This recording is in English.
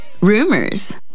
rumors